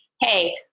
hey